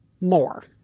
more